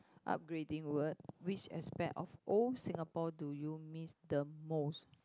upgrading work which aspect of old Singapore do you miss the most